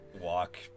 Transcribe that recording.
walk